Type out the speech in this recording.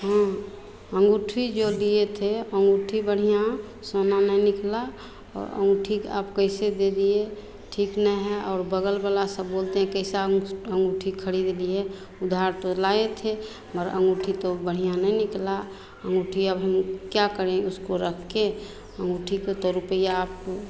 हाँ अँगूठी जो लिए थे अँगूठी बढ़िया सोना नहीं निकला और अँगूठी आप कैसे दे दिए ठीक नहीं है और बग़ल वाला सब बोलते हैं कैसी अँगूठी ख़रीद लिए उधार तो लाए थे हमारी अँगूठी तो बढ़िया नहीं निकली अँगूठी अब हम क्या करें उसको रख कर अँगूठी के तो रुपया आपको